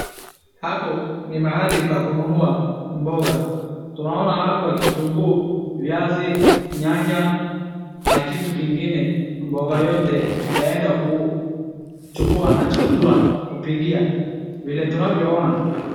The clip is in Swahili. Hapo ni mahali pa kununua mboga. Tunaona hapa kitunguu, viazi, nyanya na kitu kingine mboga yote yaenda kuchukua na chakula kupikia vile tunavyoona.